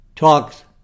Talks